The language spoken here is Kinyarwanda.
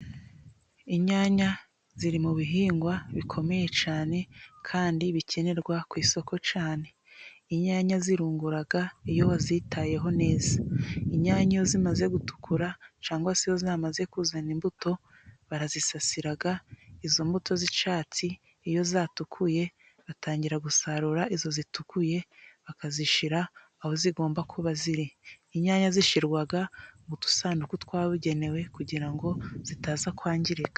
Inyanya ziri mu bihingwa bikomeye cyane kandi bikenerwa ku isoko cyane, inyanya zirungura iyo wazitayeho neza, inyanya iyo zimaze gutukura cyangwa se iyo zamaze kuzana imbuto barazisasira, izo mbuto z'icyatsi iyo zatukuye batangira gusarura, izo zitukuye bakazishyira aho zigomba kuba ziri, inyanya zishyirwa mu dusanduku twabugenewe, kugira ngo zitaza kwangirika.